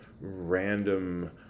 random